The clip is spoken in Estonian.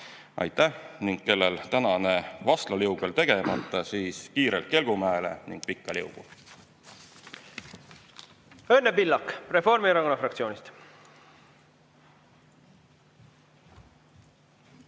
Aitäh! Kellel tänane vastlaliug veel tegemata, siis kiirelt kelgumäele ning pikka liugu! Õnne Pillak Reformierakonna fraktsioonist.